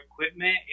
equipment